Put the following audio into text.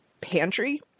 pantry